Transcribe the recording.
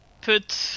put